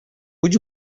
would